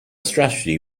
strategy